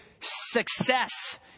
success